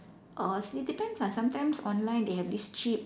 or it's depends ah sometimes online they have this cheap